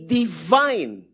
divine